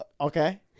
Okay